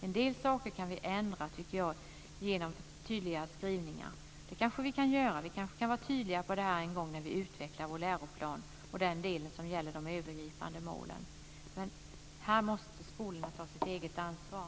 En del saker kan vi ändra genom tydligare skrivningar när vi utvecklar läroplanen och den del som gäller de övergripande målen. Men här måste skolorna ta sitt eget ansvar.